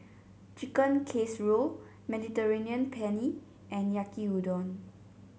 Chicken Casserole Mediterranean Penne and Yaki Udon